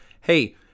hey